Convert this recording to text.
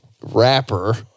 rapper